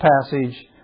passage